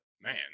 man